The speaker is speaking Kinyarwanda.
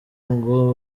ngo